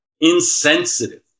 Insensitive